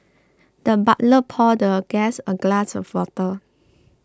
the butler poured the guest a glass of water